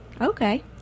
Okay